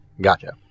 Gotcha